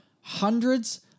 hundreds